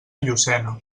llucena